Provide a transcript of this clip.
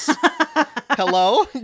Hello